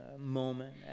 moment